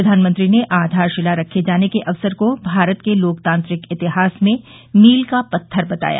प्रधानमंत्री ने आधारशिला रखे जाने के अवसर को भारत के लोकतांत्रिक इतिहास में मील का पत्थर बताया